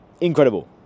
Incredible